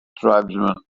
tribesman